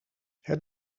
het